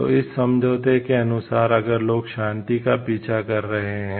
तो इस समझौते के अनुसार अगर लोग शांति का पीछा कर रहे हैं